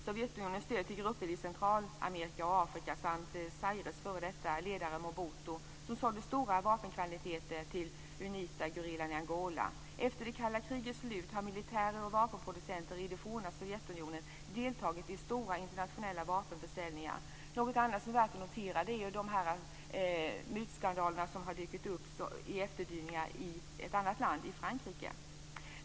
Sovjetunionen stödde grupper i Centralamerika och Afrika. Zaires f.d. ledare Mobuto sålde stora vapenkvantiteter till Unitagerillan i Angola. Efter det kalla krigets slut har militärer och vapenproducenter i det forna Sovjetunionen deltagit i stora internationella vapenförsäljningar. Något annat som är värt att notera är de mutskandaler som förekommit i Frankrike.